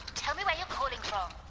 tell me where you're calling from,